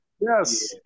Yes